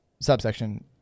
Subsection